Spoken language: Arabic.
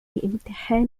الإمتحان